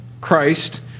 Christ